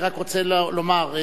אני רק רוצה לומר,